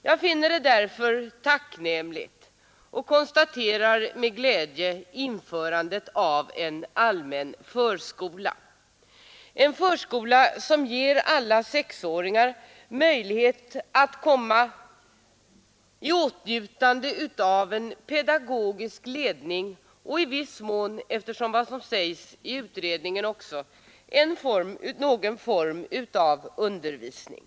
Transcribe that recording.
Jag finner det därför tacknämligt och konstaterar med glädje införandet av en allmän förskola, som ger alla sexåringar möjlighet att komma i åtnjutande av en pedagogisk ledning och i viss mån, enligt vad som också sägs i utredningen, någon form av undervisning.